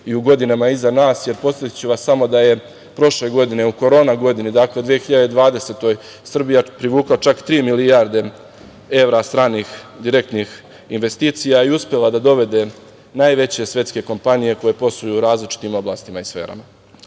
u godinama iza nas. Podsetiću vas da je prošle godine u korona godini, dakle 2020, Srbija privukla čak 3 milijarde evra stranih direktnih investicija i uspela da dovede najveće svetske kompanije koje posluju u različitim oblastima i sferama. Ponosni